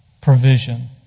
provision